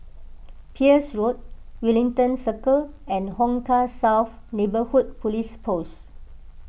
Peirce Road Wellington Circle and Hong Kah South Neighbourhood Police Post